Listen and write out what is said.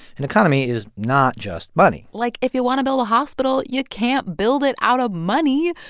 an economy is not just money like, if you want to build a hospital, you can't build it out of money.